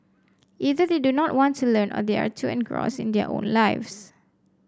either they do not want to learn or they are too engrossed in their own lives